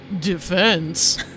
defense